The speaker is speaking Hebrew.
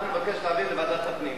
אנחנו נבקש להעביר לוועדת הפנים.